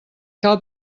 cal